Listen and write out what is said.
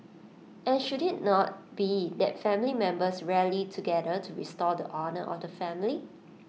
and should IT not be that family members rally together to restore the honour of the family